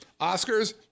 Oscars